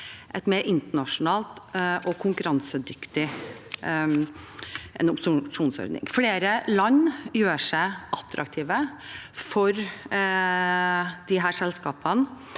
en mer internasjonal og konkurransedyktig opsjonsordning. Flere land gjør seg attraktive for at disse selskapene